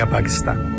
Pakistan